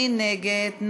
מי נגד?